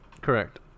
correct